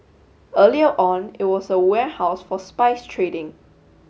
earlier on it was a warehouse for spice trading